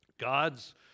God's